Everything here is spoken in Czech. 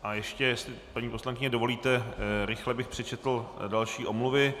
A ještě jestli paní poslankyně dovolíte, rychle bych přečetl další omluvy.